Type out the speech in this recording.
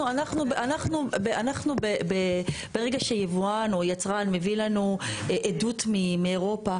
אנחנו ברגע שיבואן או יצרן מביא לנו עדות מאירופה,